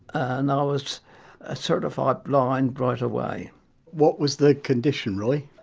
and i was ah certified blind right away what was the condition roy?